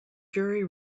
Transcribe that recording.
jury